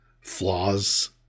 flaws